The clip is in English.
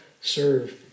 serve